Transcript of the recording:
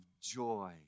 joy